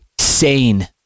sane